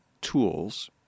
tools